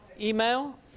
email